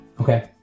Okay